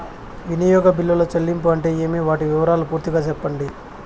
వినియోగ బిల్లుల చెల్లింపులు అంటే ఏమి? వాటి వివరాలు పూర్తిగా సెప్పండి?